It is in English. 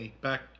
back